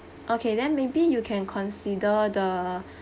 okay then maybe you can consider the